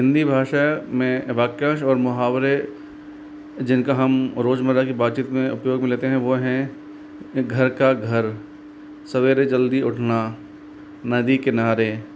हिन्दी भाषा में वाक्यांश और मुहावरे जिनका हम रोजमर्रा की बातचीत में उपयोग लेते हैं वो हैं घर का घर सबेरे जल्दी उठना नदी किनारे